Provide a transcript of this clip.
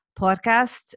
podcast